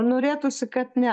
norėtųsi kad ne